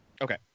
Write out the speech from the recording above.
Okay